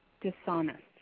dishonest